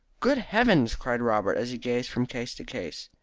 good heavens! cried robert, as he gazed from case to case.